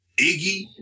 Iggy